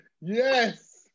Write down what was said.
Yes